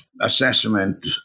assessment